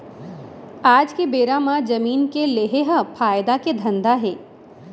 आज के बेरा म जमीन के लेहे ह फायदा के धंधा हे